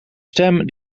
stem